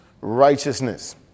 righteousness